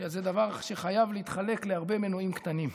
שזה דבר שחייב להתחלק להרבה מנועים קטנים,